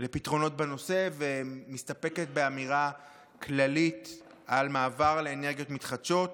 לפתרונות בנושא ומסתפקת באמירה כללית על מעבר לאנרגיות מתחדשות